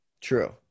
True